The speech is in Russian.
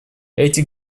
эти